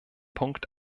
punkt